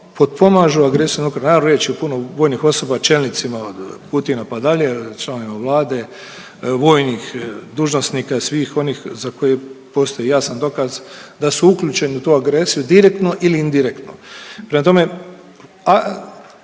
potpomažu agresiju, naravno riječ je o puno vojnih osoba, čelnicima od Putina pa dalje, članovima vlade, vojnih dužnosnika i svih onih za koje postoji jasan dokaz da su uključeni u tu agresiju direktno ili indirektno. Prema tome,